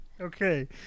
Okay